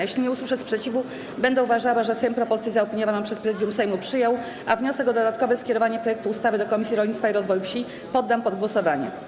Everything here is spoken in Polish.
Jeśli nie usłyszę sprzeciwu, będę uważała, że Sejm propozycję zaopiniowaną przez Prezydium Sejmu przyjął, a wniosek o dodatkowe skierowanie projektu ustawy do Komisji Rolnictwa i Rozwoju Wsi poddam pod głosowanie.